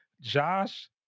Josh